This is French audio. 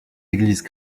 églises